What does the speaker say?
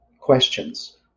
questions